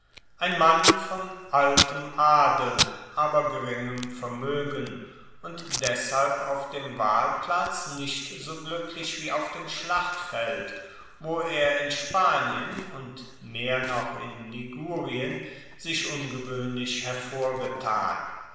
ein mann von altem adel aber geringem vermoegen und deshalb auf dem wahlplatz nicht so gluecklich wie auf dem schlachtfeld wo er in spanien und mehr noch in ligurien sich ungewoehnlich hervorgetan